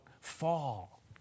fall